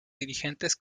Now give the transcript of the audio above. dirigentes